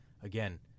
again